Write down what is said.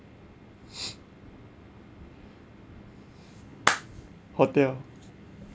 hotel